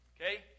okay